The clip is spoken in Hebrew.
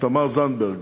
ותמר זנדברג,